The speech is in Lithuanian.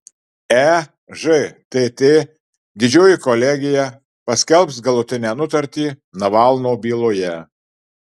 ežtt didžioji kolegija paskelbs galutinę nutartį navalno byloje